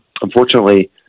unfortunately